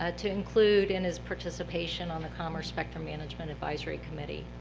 ah to include in his participation on the commerce spectrum management advisory committee.